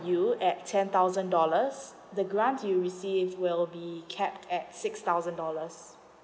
you at ten thousand dollars the grant you receive will be capped at six thousand dollars